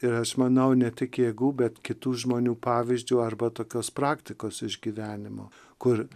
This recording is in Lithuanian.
ir aš manau ne tik jėgų bet kitų žmonių pavyzdžiu arba tokios praktikos iš gyvenimo kur